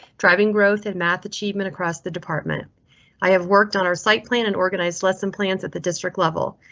driving growth in math achievement across the department i have worked on our site plan and organized lesson plans at the district level.